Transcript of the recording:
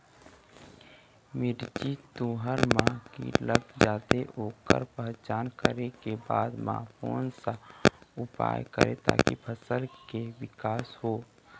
मिर्ची, तुंहर मा कीट लग जाथे ओकर पहचान करें के बाद मा कोन सा उपाय करें ताकि फसल के के विकास हो?